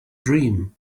dream